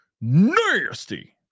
Nasty